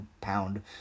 pound